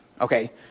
Okay